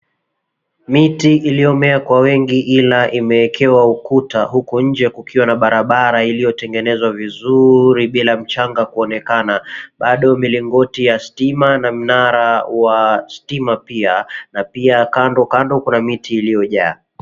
Miti iliyomea kwa wengi ila imewekwa ukuta, huki nje kukiwa na barabara iliyotengenezwa vizuri bila mchanga kuonekana. Bado milingoti ya stima na mnara wa stima pia na pia kando kando kuna miti iliojaa.